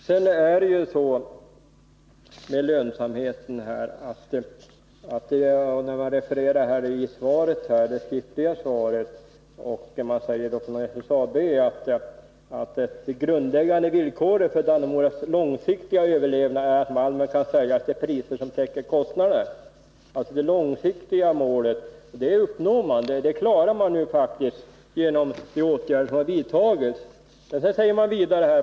samhet När det gäller lönsamheten kan jag citera ur industriministerns svar: ”Det grundläggande villkoret för Dannemoras långsiktiga överlevnad är att malmen kan säljas till priser som täcker kostnaderna.” — Det långsiktiga målet uppnås faktiskt genom de åtgärder som har vidtagits.